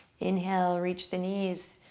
inhale, reach the knees,